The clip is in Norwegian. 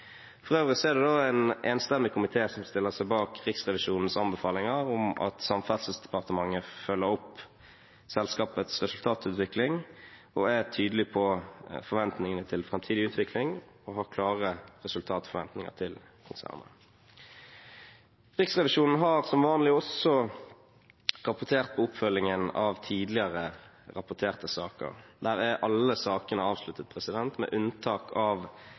For øvrig er det en enstemmig komité som stiller seg bak Riksrevisjonens anbefalinger om at Samferdselsdepartementet følger opp selskapets resultatutvikling, er tydelig på forventningene til framtidig utvikling og har klare resultatforventninger til konsernet. Riksrevisjonen har som vanlig også rapportert på oppfølgingen av tidligere rapporterte saker. Der er alle sakene avsluttet med unntak av